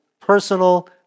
personal